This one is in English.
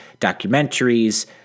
documentaries